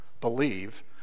believe